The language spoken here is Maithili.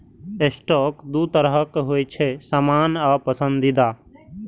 स्टॉक दू तरहक होइ छै, सामान्य आ पसंदीदा